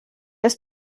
ist